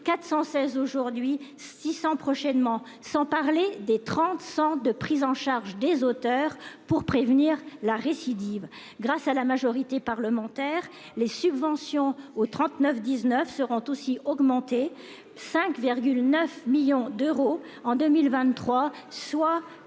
416 aujourd'hui, 600 prochainement -; sans parler des 30 centres de prise en charge des auteurs pour prévenir la récidive. Grâce à la majorité parlementaire, les subventions au 3919 seront aussi augmentées- 5,9 millions d'euros en 2023, soit +400